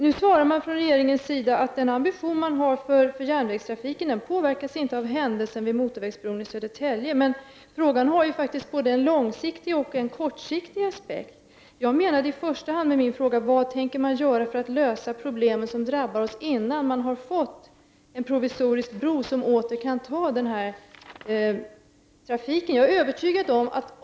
Nu svarar regeringen att ambitionen när det gäller järnvägstrafiken inte påverkas av händelsen med motorvägsbron i Södertälje. Men frågan har faktiskt både en långsiktig och en kortsiktig aspekt. Med min fråga ville jag i första hand ha svar på vad regeringen tänker göra för att lösa problemen som drabbar oss södertäljebor innan en provisorisk bro har byggts som åter kan ta emot denna trafik.